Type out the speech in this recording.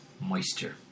moisture